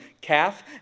calf